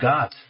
God